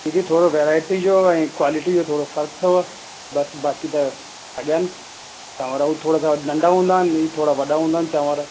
दीदी थोरो वैरायटी जो ऐं क्वालिटी जो थोरो फ़र्क़ु अथव बसि बाक़ी त सॼनि चांवर बि थोरा सां नंढा हूंदा आहिनि थोरा वॾा हूंदा आहिनि चांवर